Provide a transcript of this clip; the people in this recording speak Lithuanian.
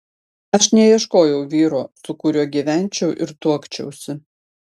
aš neieškojau vyro su kuriuo gyvenčiau ir tuokčiausi